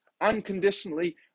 unconditionally